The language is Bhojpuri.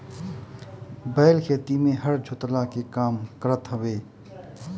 बैल खेती में हर जोतला के काम करत हवे